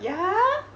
ya